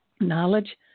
knowledge